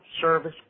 service